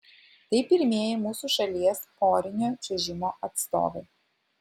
tai pirmieji mūsų šalies porinio čiuožimo atstovai